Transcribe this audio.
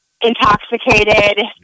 intoxicated